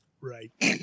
Right